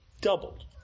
Doubled